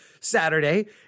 Saturday